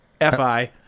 fi